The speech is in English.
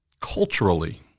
Culturally